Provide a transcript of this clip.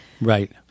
Right